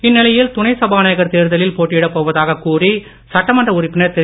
இந்நிலையில் துணை சபாநாயகர் தேர்தலில் போட்டியிடப் போவதாகக் கூறி சட்டமன்ற உறுப்பினர் திரு